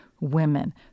women